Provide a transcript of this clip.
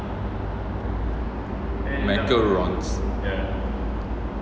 macarons